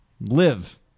live